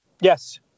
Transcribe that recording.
Yes